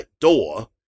door